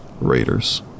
Raiders